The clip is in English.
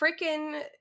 freaking